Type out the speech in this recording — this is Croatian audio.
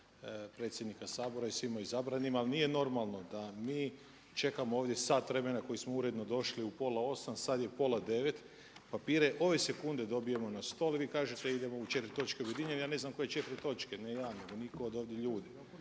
predsjednika Sabora i svima izabranima. Ali nije normalno da mi čekamo ovdje sat vremena koji smo uredno došli u pola 8, sada je pola 9, papire ove sekunde dobijemo na stol i vi kažete idemo u 4 točke objedinjene, ja ne znam koje četiri točke. Ne ja, nego nitko od ovih ljudi.